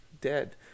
dead